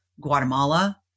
Guatemala